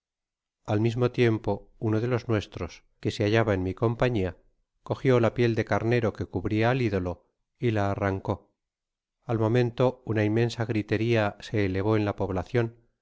al mismo tiempo uno de los nuestros que se bailaba en mi compañia cogio la piel'de carnero que cubria ai idolo y la arrancó al momento uaa inmensa griteria se elevó en la poblacion y